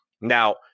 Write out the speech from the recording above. Now